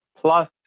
Plus